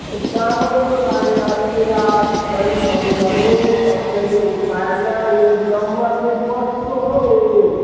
चामलको लागि अस्ति रातभरि फोन गरेँ कसैले उठाएन यो नम्बर चाहिँ कसको हौ